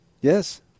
Yes